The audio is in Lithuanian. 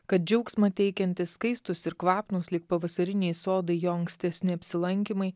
kad džiaugsmą teikiantys skaistūs ir kvapnūs lyg pavasariniai sodai jo ankstesni apsilankymai